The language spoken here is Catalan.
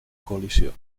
coalició